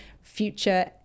future